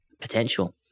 potential